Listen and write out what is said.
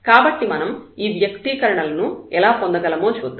కాబట్టి మనం ఈ వ్యక్తీకరణలను ఎలా పొందగలమో చూద్దాం